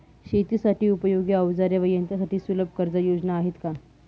शेतीसाठी उपयोगी औजारे व यंत्रासाठी सुलभ कर्जयोजना आहेत का?